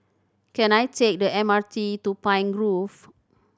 can I take the M R T to Pine Grove